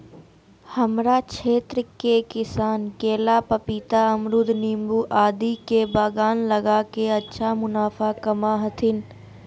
हमरा क्षेत्र के किसान केला, पपीता, अमरूद नींबू आदि के बागान लगा के अच्छा मुनाफा कमा हथीन